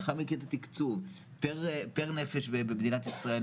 לאחר מכן את התקצוב פר נפש במדינת ישראל,